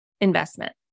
investment